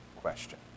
question